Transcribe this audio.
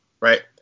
right